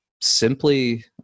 simply